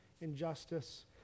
injustice